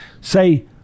say